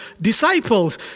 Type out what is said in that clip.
disciples